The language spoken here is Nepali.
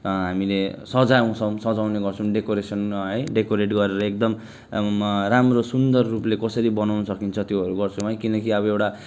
हामीले सजाउँछौँ सजाउने गर्छौँ डेकोरेसनमा है डेकोरेट गरेर एकदम अब म राम्रो सुन्दर रूपले कसरी बनाउन सकिन्छ त्योहरू गर्छौँ है किनकि अब एउटा